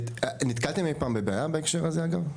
נתקלתם אי פעם בבעיה בהקשר הזה אגב?